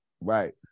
Right